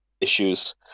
issues